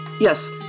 Yes